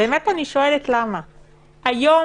היום